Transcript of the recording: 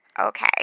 Okay